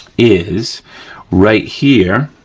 is right here